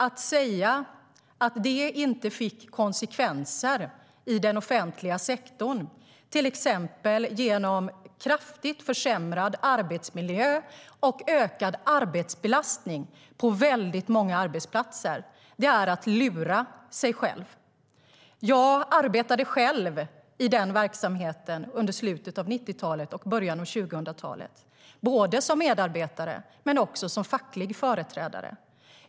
Att säga att det inte fick konsekvenser i den offentliga sektorn med till exempel kraftigt försämrad arbetsmiljö och ökad arbetsbelastning på väldigt många arbetsplatser är att luras. Jag arbetade själv i den verksamheten under slutet av 1990-talet och början av 2000-talet, både som medarbetare och som facklig företrädare.